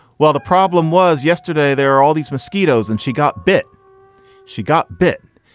well, the problem was yesterday there are all these mosquitoes. and she got bit she got bit.